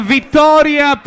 Vittoria